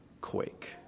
quake